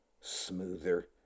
smoother